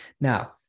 Now